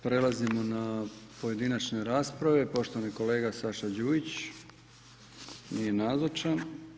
Prelazimo na pojedinačne rasprave, poštovani kolega Saša Đujić, nije nazočan.